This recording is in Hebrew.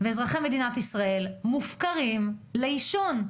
אזרחי מדינת ישראל מופקרים לעישון,